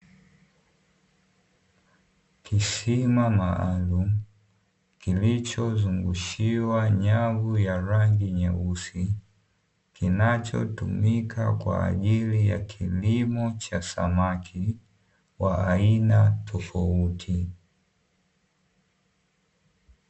Kisima maalumu kilichozungushiwa nyavu ya rangi nyeusi, kinachotumika kwa ajili ya kilimo cha samaki wa aina tofauti.